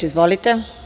Izvolite.